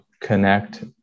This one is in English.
connect